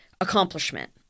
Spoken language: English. accomplishment